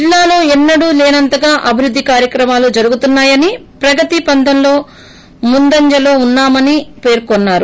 జిల్లాలో ఎన్నడూ లేనంతగా అభివృద్ది కార్యక్రమాలు జరుగుతున్నాయని ప్రగతి పధంలో ముందంజలో ఉన్నామని పేర్కొంటున్నారు